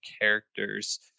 characters